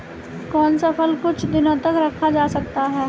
कौन सा फल कुछ दिनों तक रखा जा सकता है?